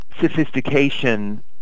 sophistication